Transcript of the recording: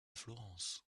florence